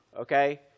okay